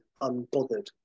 unbothered